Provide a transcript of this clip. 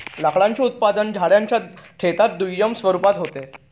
लाकडाचं उत्पादन झाडांच्या देठात दुय्यम स्वरूपात होत